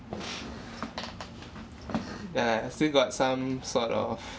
ya still got some sort of